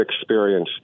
experience